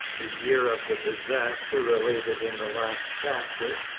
the year of the disaster related in the last chapter,